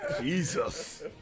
Jesus